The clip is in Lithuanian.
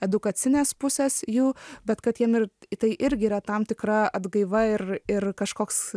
edukacinės pusės jų bet kad jiem ir tai irgi yra tam tikra atgaiva ir ir kažkoks